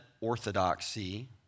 orthodoxy